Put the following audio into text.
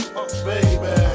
Baby